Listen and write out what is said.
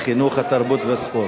התרבות והספורט,